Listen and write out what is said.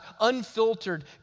unfiltered